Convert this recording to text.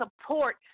support